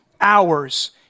hours